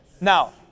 Now